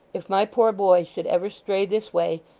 if my poor boy should ever stray this way,